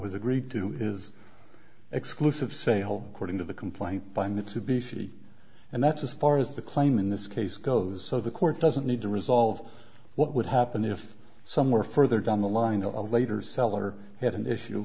has agreed to is exclusive sale cording to the complaint by mitsubishi and that's as far as the claim in this case goes so the court doesn't need to resolve what would happen if somewhere further down the line to a later seller had an issue